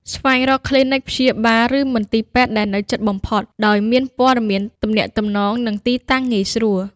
ស្វែងរកគ្លីនិកព្យាបាល ឬមន្ទីរពេទ្យដែលនៅជិតបំផុត ដោយមានព័ត៌មានទំនាក់ទំនង និងទីតាំងងាយស្រួល។